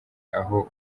aho